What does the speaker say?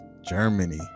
germany